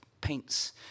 paints